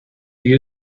you